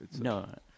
no